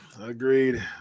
agreed